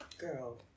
Girl